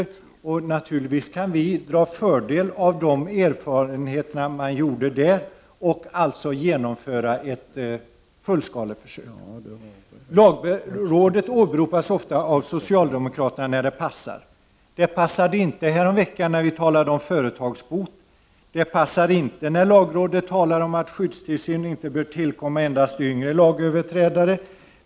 Vi kan naturligtvis dra fördel av de erfarenheter man gjorde där och genomföra ett fullskaleförsök. Lagrådet åberopas ofta av socialdemokraterna när det passar. Det passade inte häromveckan när vi talade om företagsbot. Det passar inte när lagrådet talar om att skyddstillsyn inte endast bör tillkomma yngre lagöverträdare.